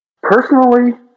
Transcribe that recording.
Personally